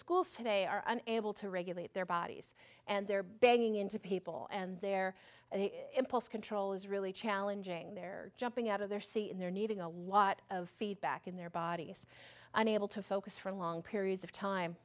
school so they are able to regulate their bodies and they're banging into people and their impulse control is really challenging they're jumping out of their c in their needing a lot of feedback in their bodies unable to focus for long periods of time